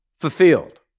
fulfilled